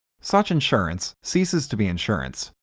such insurance ceases to be insurance,